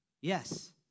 Yes